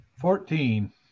Fourteen